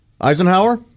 Eisenhower